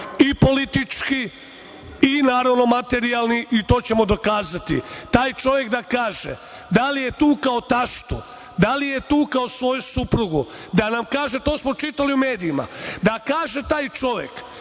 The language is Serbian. i politički i naravno materijalno i to ću mu dokazati. Taj čovek da kaže da li je tukao taštu, da li je tukao svoju suprugu, da nam kaže, to smo čitali u medijima, da kaže taj čovek